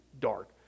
dark